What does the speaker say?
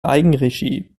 eigenregie